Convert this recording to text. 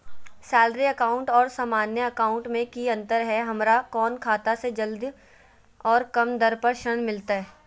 Salary account और सामान्य account मे की अंतर है हमरा कौन खाता से जल्दी और कम दर पर ऋण मिलतय?